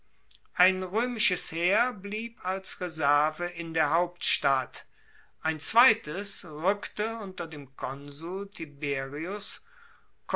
ein roemisches heer blieb als reserve in der hauptstadt ein zweites rueckte unter dem konsul tiberius